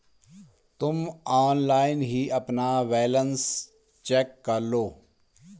तुम ऑनलाइन ही अपना बैलन्स चेक करलो